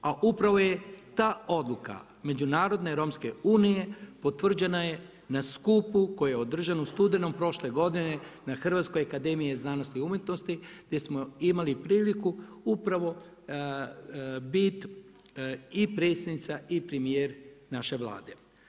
A upravo je ta odluka Međunarodne romske unije, potvrđena je na skupu koja je održana u studenome prošle godine na Hrvatskoj akademiji znanosti i umjetnosti, gdje smo imali priliku upravo bit i Predsjednica i premjer naše Vlade.